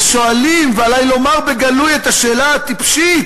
ושואלים, ועלי לומר בגלוי, את השאלה הטיפשית: